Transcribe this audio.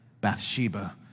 Bathsheba